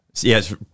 Yes